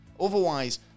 otherwise